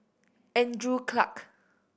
Andrew Clarke